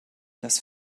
dass